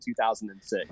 2006